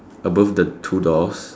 above the two doors